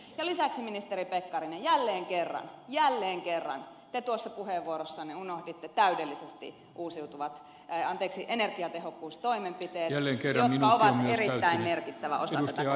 lisäksi ministeri pekkarinen jälleen kerran jälleen kerran te tuossa puheenvuorossanne unohditte täydellisesti energiatehokkuustoimenpiteet jotka ovat erittäin merkittävä osa tätä kokonaisuutta